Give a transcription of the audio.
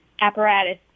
apparatus